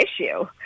issue